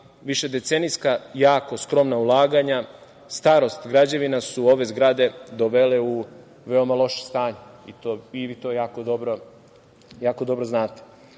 višedecenijska jako skromna ulaganja, starost građevina su ove zgrade dovele u veoma loše stanje i vi to jako dobro znate. Ovaj